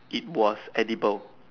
it was edible